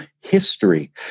history